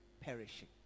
perishing